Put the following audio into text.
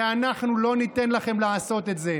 ואנחנו לא ניתן לכם לעשות את זה.